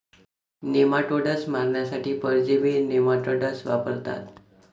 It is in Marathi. नेमाटोड्स मारण्यासाठी परजीवी नेमाटाइड्स वापरतात